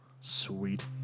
Sweet